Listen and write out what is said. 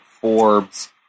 Forbes